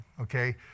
okay